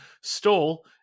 stole